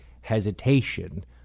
hesitation